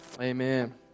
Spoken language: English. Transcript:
Amen